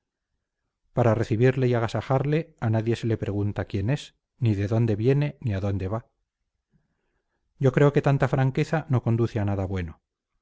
para recibirle y agasajarle a nadie se le pregunta quién es ni de dónde viene ni a dónde va yo creo que tanta franqueza no conduce a nada bueno